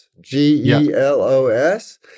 G-E-L-O-S